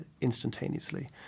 instantaneously